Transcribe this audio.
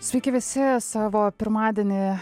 sveiki visi savo pirmadienį